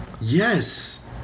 yes